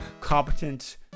competent